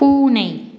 பூனை